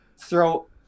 throw